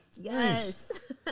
Yes